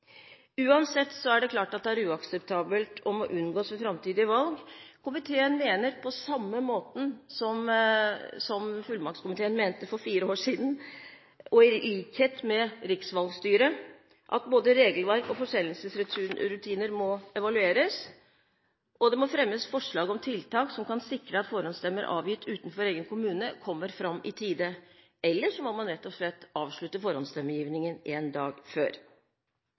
er det klart at dette er uakseptabelt og må unngås i framtidige valg. Komiteen mener, på samme måte som fullmaktskomiteen mente for fire år siden, og i likhet med riksvalgstyret, at både regelverk og forsendelsesrutiner må evalueres, og at det må fremmes forslag om tiltak som kan sikre at forhåndsstemmer avgitt utenfor egen kommune kommer fram i tide. Ellers må man rett og slett avslutte forhåndsstemmegivningen en dag før.